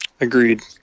Agreed